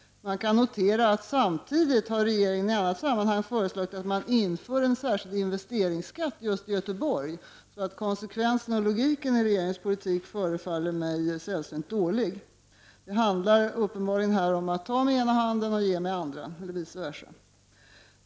Man kan notera att regeringen samtidigt i annat sammanhang har föreslagit att det införs en särskild investeringsskatt just i Göteborg, så konsekvensen och logiken i regeringspolitiken förefaller mig sällsynt dålig. Det handlar uppenbarligen om att ta med den ena handen och ge med den andra eller vice versa.